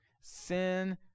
Sin